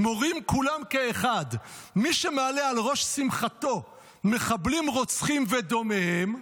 "מורים כולם כאחד: מי שמעלה על ראש שמחתו מחבלים רוצחים ודומיהם,